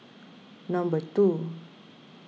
number two